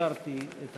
אישרתי את